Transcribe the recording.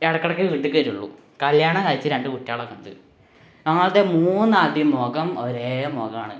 ഇടക്കിടക്കേ വീട്ടിലേക്ക് വരുള്ളൂ കല്യാണം കഴിച്ച് രണ്ടു കുട്ടികൾ ഒക്കെയുണ്ട് ഞങ്ങളുടെ മൂന്നാളുടെയും മുഖം ഒരേ മുഖമാണ്